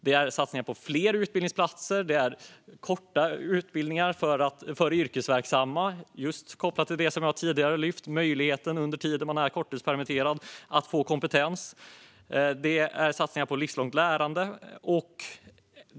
Det är satsningar på fler utbildningsplatser, det är korta utbildningar för yrkesverksamma - kopplat till det jag just lyfte upp om möjligheten att under tiden man är korttidspermitterad utöka sin kompetens - och det är satsningar på livslångt lärande.